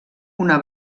una